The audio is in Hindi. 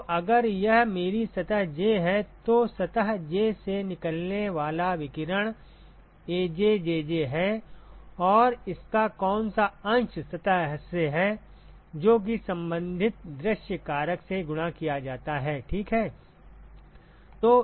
तो अगर यह मेरी सतह j है तो सतह j से निकलने वाला विकिरण AjJj है और इसका कौन सा अंश सतह से है जो कि संबंधित दृश्य कारक से गुणा किया जाता है ठीक है